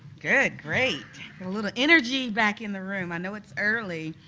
good. great. and little energy back in the room, i know it's early,